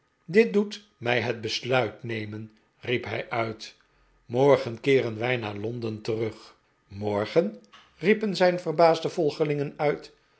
dit doet mij een besluit nemen riep hij uit morgen keeren wij naar londen terug morgen riepen zijn verbaasde volgelingen uit